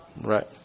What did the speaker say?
Right